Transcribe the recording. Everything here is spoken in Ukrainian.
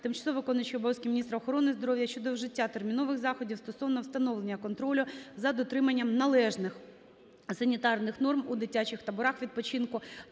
тимчасово виконуючої обов'язки міністра охорони здоров'я щодо вжиття термінових заходів стосовно встановлення контролю за дотриманням належних санітарних норм у дитячих таборах відпочинку